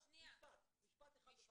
משפט, משפט אחד, בבקשה.